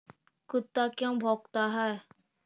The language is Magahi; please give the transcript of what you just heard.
कुत्ता क्यों भौंकता है?